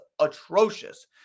atrocious